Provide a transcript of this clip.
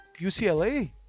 UCLA